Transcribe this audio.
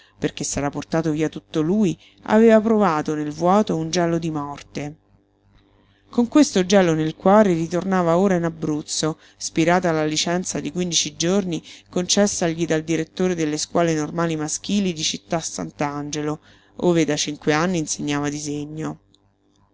perché s'era portato via tutto lui aveva provato nel vuoto un gelo di morte con questo gelo nel cuore ritornava ora in abruzzo spirata la licenza di quindici giorni concessagli dal direttore delle scuole normali maschili di città sant'angelo ove da cinque anni insegnava disegno